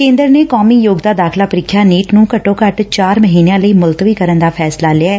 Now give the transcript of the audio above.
ਕੇਂਦਰ ਨੇ ਕੌਮੀ ਯੋਗਤਾ ਦਾਖਲਾ ਪ੍ਰੀਖਿਆ ਨੀਟ ਨੂੰ ਘੱਟੋ ਘੱਟ ਚਾਰ ਮਹੀਨਿਆਂ ਲਈ ਮੁਲਤਵੀ ਕਰਨ ਦਾ ਫੈਸਲਾ ਲਿਆ